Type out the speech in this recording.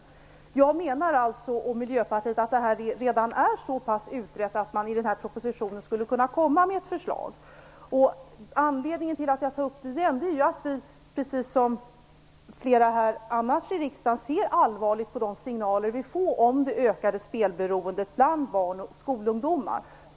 Jag och Miljöpartiet menar att det här redan är så utrett att man hade kunnat komma med ett förslag i den här propositionen. Anledningen till att jag tar upp det igen är att vi, precis som flera andra här i riksdagen, ser allvarligt på de signaler vi får om det ökade spelberoendet bland barn och skolungdomar.